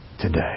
today